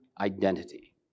identity